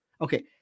Okay